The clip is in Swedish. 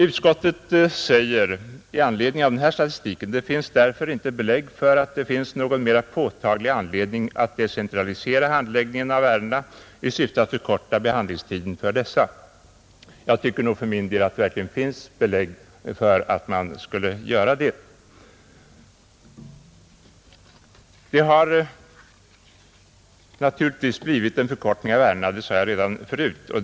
Utskottet säger i anledning av den här statistiken: ”Det finns därför inte belägg för att det finns någon mera påtaglig anledning att decentralisera handläggningen av ärendena i syfte att förkorta behandlingstiden för dessa.” Jag tycker nog för min del att det verkligen finns belägg för att man borde göra det. Jag sade förut att ärendenas handläggningstid har förkortats.